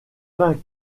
vingt